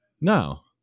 Now